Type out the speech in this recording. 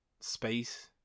space